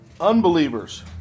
Unbelievers